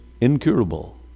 incurable